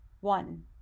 One